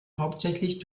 hauptsächlich